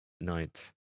night